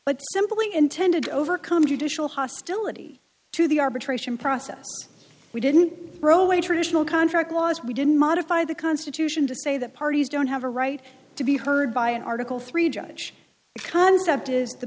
but simply intended overcome judicial hostility to the arbitration process we didn't throw away a traditional contract clause we didn't modify the constitution to say that parties don't have a right to be heard by an article three judge concept is the